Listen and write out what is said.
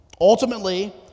Ultimately